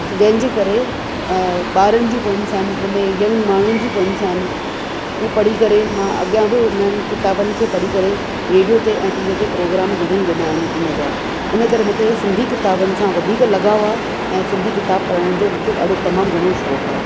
जंहिंजे करे ॿारनि जूं पोयम्स आहिनि हुन में यंग माण्हुनि जी पोयम्स आहिन उहा पढ़ी करे मां अॻियां बि उन्हनि किताबनि खे पढ़ी करे रेडियो ते ऐं टीवीअ ते प्रोग्राम घणेई ॾिना आहिनि हिनजा इनकरे मूंखे सिंधी किताबनि सां वधीक लगाव आहे ऐं सिंधी किताबु पढ़ण जो मूंखे ॾाढो तमामु घणो शौक़ु आहे